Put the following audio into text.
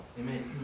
Amen